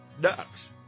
Ducks